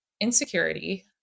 insecurity